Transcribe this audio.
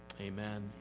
Amen